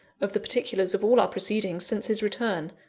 of the particulars of all our proceedings since his return.